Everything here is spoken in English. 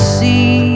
see